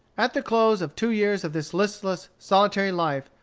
at the close of two years of this listless, solitary life,